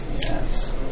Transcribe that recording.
Yes